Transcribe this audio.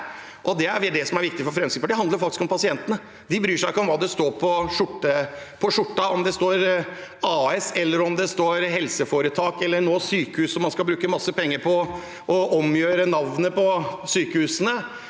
Det er dette som er viktig for Fremskrittspartiet. Det handler faktisk om pasientene. De bryr seg ikke om hva som står på skjorten, om det står AS, helseforetak eller nå sykehus – som man skal bruke masse penger på å omgjøre navnet på sykehusene